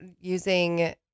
using